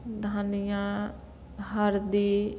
धनियाँ हरदी